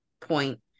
point